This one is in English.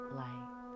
light